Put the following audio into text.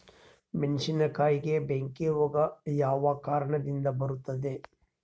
ಮೆಣಸಿನಕಾಯಿಗೆ ಬೆಂಕಿ ರೋಗ ಯಾವ ಕಾರಣದಿಂದ ಬರುತ್ತದೆ?